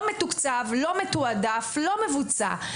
לא מתוקצב; לא מתועדף; לא מבוצע.